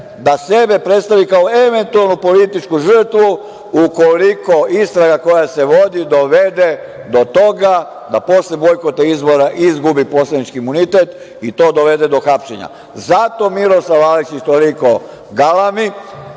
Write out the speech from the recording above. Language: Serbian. da sebe predstavi kao eventualnu političku žrtvu ukoliko istraga koja se vodi dovede do toga da posle bojkota izbora izgubi poslanički imunitet i to dovede do hapšenja. Zato Miroslav Aleksić toliko galami